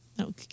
Okay